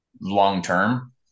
long-term